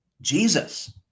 Jesus